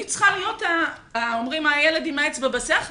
אני צריכה להיות הילד עם האצבע בסכר.